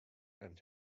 and